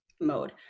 mode